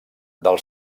del